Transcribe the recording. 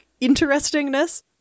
interestingness